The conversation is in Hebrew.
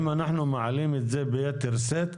אם אנחנו מעלים את זה ביתר שאת,